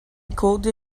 colder